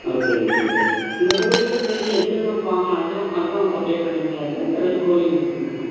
okay okay sir இந்த கோழியோட சேர்ந்து எஃகுனும் ஃபார்ம் அதுவும் அதுவும் சப்ளை பண்ணுவீங்களா சார் இல்லை வெறும் கோழி மட்டும் தானா